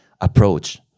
approach